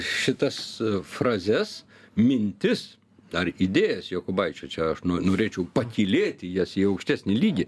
šitas frazes mintis ar idėjas jokubaičio čia aš norėčiau pakylėti jas į aukštesnį lygį